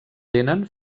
tenen